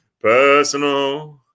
Personal